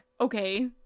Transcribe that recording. okay